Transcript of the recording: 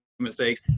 mistakes